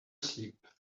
sleep